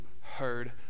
heard